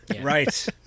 Right